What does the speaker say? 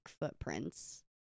footprints